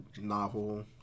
Novel